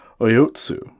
Oyotsu